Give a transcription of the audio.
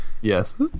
Yes